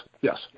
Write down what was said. yes